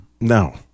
No